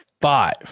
Five